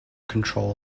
control